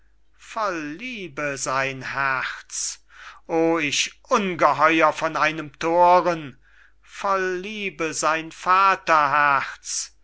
voll liebe sein herz oh ich ungeheuer von einem thoren voll liebe sein vater herz